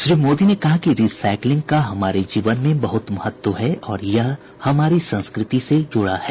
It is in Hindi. श्री मोदी ने कहा कि रिसाइकिलिंग का हमारे जीवन में बहुत महत्व है और यह हमारी संस्कृति से जुड़ा है